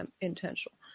intentional